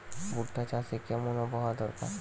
ভুট্টা চাষে কেমন আবহাওয়া দরকার?